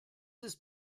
ist